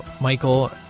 michael